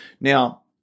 Now